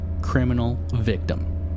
criminal-victim